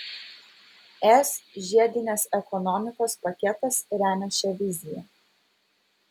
es žiedinės ekonomikos paketas remia šią viziją